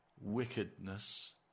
wickedness